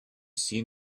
seen